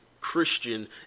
Christian